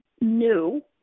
new